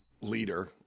leader